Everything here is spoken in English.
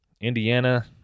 Indiana